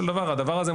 הדעת,